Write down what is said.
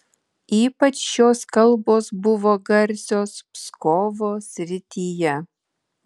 ypač šios kalbos buvo garsios pskovo srityje